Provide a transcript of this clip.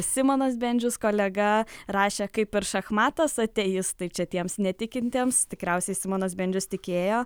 simonas bendžius kolega rašė kaip ir šachmatuos ateistai čia tiems netikintiems tikriausiai simonas bendžius tikėjo